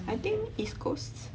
I think east coast